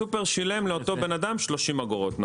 הסופר שילם לאותו אדם 30 אגורות.